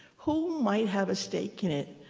who might have a stake in it?